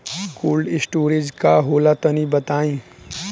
Cold storage का होला तनि बताई?